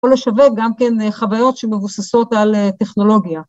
‫הוא לא שווה גם כן חוויות ‫שמבוססות על טכנולוגיה.